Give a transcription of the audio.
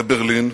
לברלין,